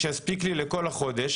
שיספיק לי לכל החודש.